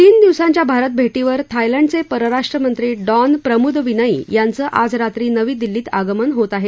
तीन दिवसांच्या भारत भेटीवर थायलंडचे परराष्ट्रमंत्री डॉन प्रमुदविनई यांचं आज रात्री नवी दिल्लीत आगमन होत आहे